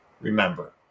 remember